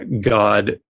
God